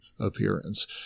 appearance